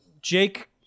jake